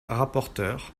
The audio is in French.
rapporteure